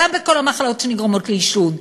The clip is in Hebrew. גם בכל המחלות שנגרמות מעישון.